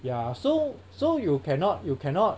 ya so so you cannot you cannot